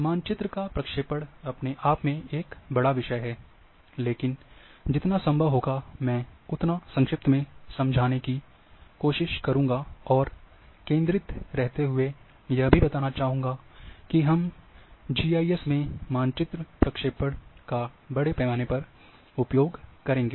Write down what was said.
मानचित्र का प्रक्षेपण अपने आप में एक बड़ा विषय है लेकिन जितना संभव होगा मैं उतना संक्षिप्त में समझाने की कोशिश करूँगा और केंद्रित रहते हुए यह भी बताना चाहूँगा कि हम जीआईएस में मानचित्र प्रक्षेपण का बड़े पैमाने पर उपयोग करेंगे